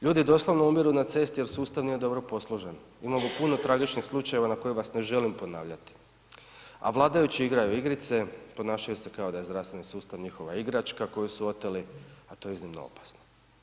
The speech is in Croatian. Ljudi doslovno umiru na cesti jer sustav nije dobro posložen, imamo puno tragičnih slučajeva na koje vas ne želim ponavljati a vladajući igraju igrice, ponašaju se kao da je zdravstveni sustav njihova igračka koju su oteli a to je iznimno opasno.